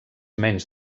menys